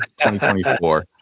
2024